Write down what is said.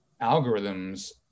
algorithms